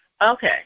Okay